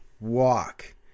walk